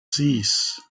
sis